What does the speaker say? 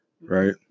right